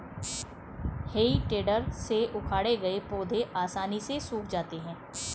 हेइ टेडर से उखाड़े गए पौधे आसानी से सूख जाते हैं